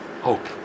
hope